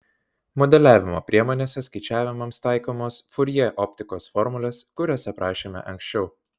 modeliavimo priemonėse skaičiavimams taikomos furjė optikos formulės kurias aprašėme anksčiau